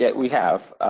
yeah we have.